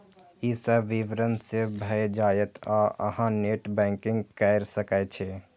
ई सब विवरण सेव भए जायत आ अहां नेट बैंकिंग कैर सकै छी